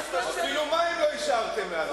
אפילו מים לא השארתם לנו.